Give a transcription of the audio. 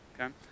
Okay